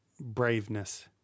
braveness